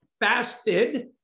fasted